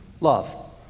love